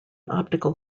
optical